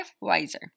wiser